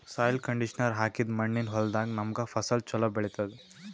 soil conditioner ಹಾಕಿದ್ದ್ ಮಣ್ಣಿನ್ ಹೊಲದಾಗ್ ನಮ್ಗ್ ಫಸಲ್ ಛಲೋ ಬೆಳಿತದ್